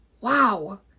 wow